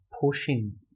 pushing